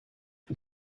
det